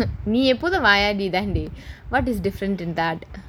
நீ எப்போதும் வாயாடி தாண்டி:nee eppothum vaayadi thaandi what is different in that